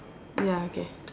ya okay